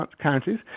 counties